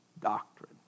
doctrine